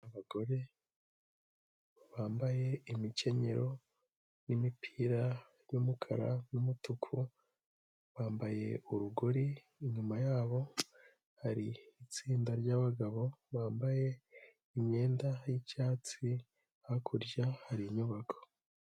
Abagore bambaye imkenyero n'imipira y'umukara n'umutuku, bambaye urugori, inyuma yabo hari itsinda ry'abagabo bambaye imyenda y'icyatsi, hakurya hari inyubako.